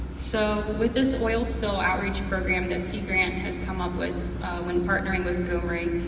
so with this oil spill outreach program that sea grant has come up with when partnering with gomri,